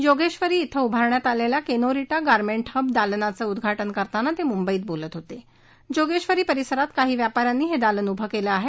जोगेश्वरी येथे उभारण्यात आलेल्या केनोरिटा गारमेंट हब दालनाचे उद्राटन करताना ते मुंबईत् बोलत होते जोगेश्वरी परिसरात काही व्यापाऱ्यांनी हे दालन उभे केले आहे